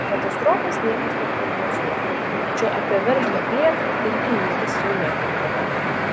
katastrofos niekas neprognozuoja tačiau apie veržlią plėtrą irgi niekas jau nekalba